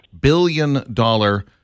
Billion-dollar